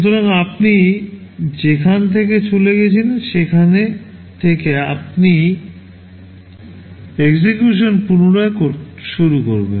সুতরাং আপনি যেখান থেকে চলে গেছেন সেখান থেকে আপনি EXECUTION পুনরায় শুরু করবেন